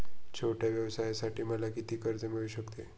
छोट्या व्यवसायासाठी मला किती कर्ज मिळू शकते?